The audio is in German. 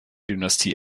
dynastie